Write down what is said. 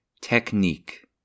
Technique